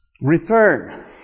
Return